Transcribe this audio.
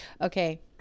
okay